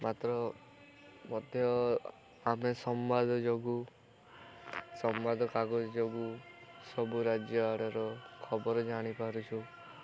ମାତ୍ର ମଧ୍ୟ ଆମେ ସମ୍ବାଦ ଯୋଗୁଁ ସମ୍ବାଦ କାଗଜ ଯୋଗୁଁ ସବୁ ରାଜ୍ୟ ଆଡ଼ର ଖବର ଜାଣିପାରୁଛୁ